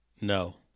No